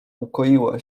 ukoiła